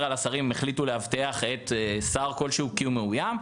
על השרים אם הם החליטו לאבטח שר כלשהו כי הוא מאוים.